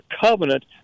covenant